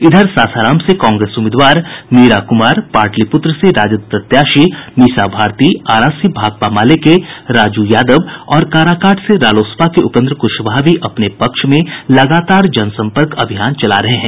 इधर सासाराम से कांग्रेस उम्मीदवार मीरा कुमार पाटलिपुत्र से राजद प्रत्याशी मीसा भारती आरा से भाकपा माले के राजू यादव और काराकाट से रालोसपा के उपेन्द्र कुशवाहा भी अपने पक्ष में लगातार जनसंपर्क अभियान चला रहे हैं